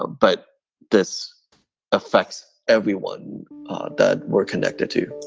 but this affects everyone that we're connected to